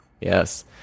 yes